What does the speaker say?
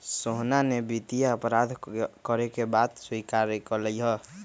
सोहना ने वित्तीय अपराध करे के बात स्वीकार्य कइले है